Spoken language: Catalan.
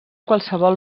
qualsevol